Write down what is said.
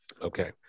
Okay